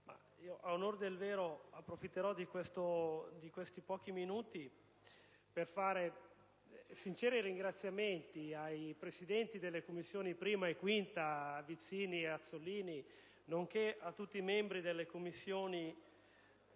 a onor del vero approfitterò di questi pochi minuti per rivolgere sinceri ringraziamenti ai presidenti delle Commissioni riunite 1a e 5a, senatori Vizzini ed Azzollini, nonché a tutti i membri delle Commissioni